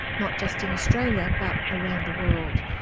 not just in australia, but around the world.